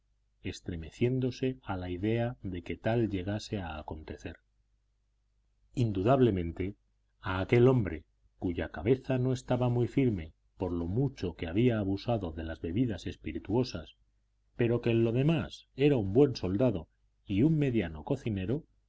estremeciéndose a la idea de que tal llegase a acontecer indudablemente a aquel hombre cuya cabeza no estaba muy firme por lo mucho que había abusado de las bebidas espirituosas pero que en lo demás era un buen soldado y un mediano cocinero